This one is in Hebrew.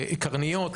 קרניות.